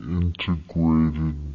integrated